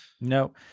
No